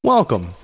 Welcome